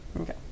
Okay